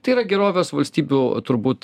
tai yra gerovės valstybių turbūt